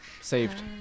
Saved